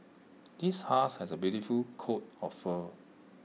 this husky has A beautiful coat of fur